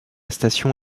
station